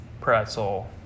Pretzel